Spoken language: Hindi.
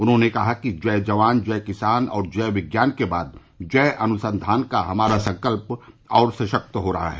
उन्होंने कहा कि जय जवान जय किसान और जय विज्ञान के बाद जय अनुसंधान का हमारा संकल्प और सशक्त हो रहा है